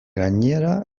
gainera